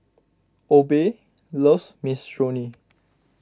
Obe loves Minestrone